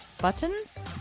Buttons